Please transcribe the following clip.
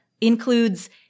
includes